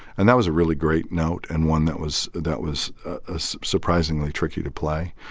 and that was a really great note and one that was that was surprisingly tricky to play.